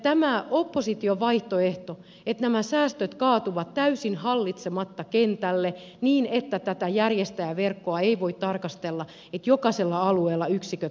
tämä opposition vaihtoehto on että nämä säästöt kaatuvat täysin hallitsematta kentälle niin että tätä järjestäjäverkkoa ei voida tarkastella niin että jokaisella alueella yksiköt säilyisivät